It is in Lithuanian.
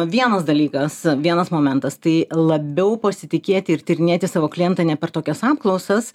vienas dalykas vienas momentas tai labiau pasitikėti ir tyrinėti savo klientą ne per tokias apklausas